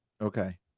Okay